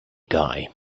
guy